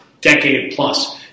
decade-plus